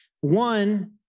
One